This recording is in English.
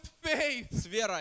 faith